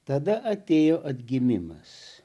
tada atėjo atgimimas